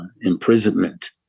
imprisonment